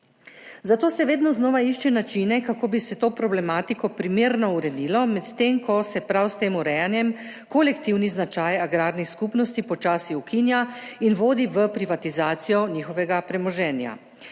Zato se vedno znova išče načine, kako bi se to problematiko primerno uredilo, medtem ko se prav s tem urejanjem kolektivni značaj agrarnih skupnosti počasi ukinja in vodi v privatizacijo njihovega premoženja.